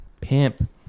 Pimp